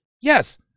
Yes